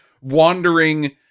wandering